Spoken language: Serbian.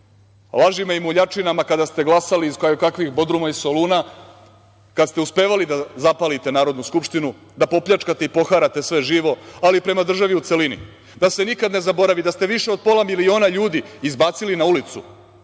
lažima i muljačinama kada ste glasali iz koje kakvih Bodruma i Soluna, kad ste uspevali da zapalite Narodnu skupštinu, da popljačkate i poharate sve živo, ali prema državi u celini. Da se nikada ne zaboravi da ste više od pola miliona ljudi izbacili na ulicu.